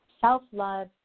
Self-love